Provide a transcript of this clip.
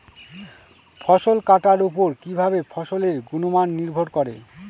ফসল কাটার উপর কিভাবে ফসলের গুণমান নির্ভর করে?